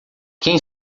quem